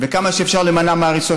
וכמה שאפשר להימנע מהריסות,